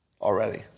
already